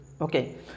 Okay